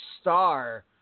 star